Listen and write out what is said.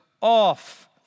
off